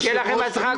שיהיה לכם בהצלחה.